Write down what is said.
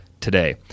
today